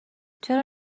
چرا